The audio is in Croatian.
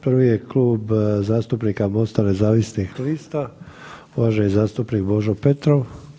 Prvi je Klub zastupnika MOST-a nezavisnih lista, uvaženi zastupnik Božo Petrov.